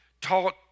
taught